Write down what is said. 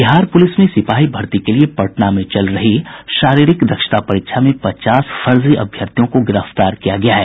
Bihar police में सिपाही भत्ती के लिए पटना में चल रही शारीरिक दक्षता परीक्षा में पचास फर्जी अभ्यर्थियों को गिरफ्तार किया गया है